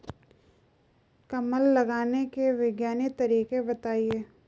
कमल लगाने के वैज्ञानिक तरीके बताएं?